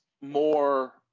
more –